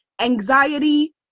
anxiety